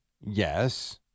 Yes